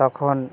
তখন